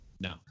No